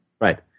right